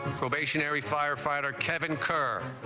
firefighter kevin kerr